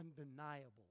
undeniable